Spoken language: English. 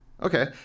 Okay